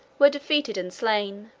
were defeated and slain